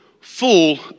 full